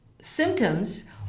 symptoms